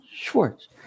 Schwartz